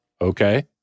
okay